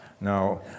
Now